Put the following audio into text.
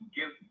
give